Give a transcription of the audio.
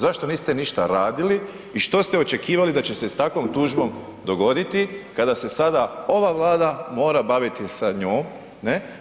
Zašto niste ništa radili i što ste očekivali da će se s takvom tužbom dogoditi kada se sada ova Vlada mora baviti sa njom, ne?